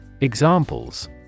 Examples